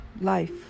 life